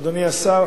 אדוני השר,